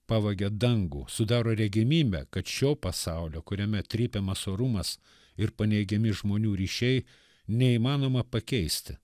pavagia dangų sudaro regimybę kad šio pasaulio kuriame trypiamas orumas ir paneigiami žmonių ryšiai neįmanoma pakeisti